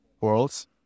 worlds